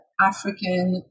African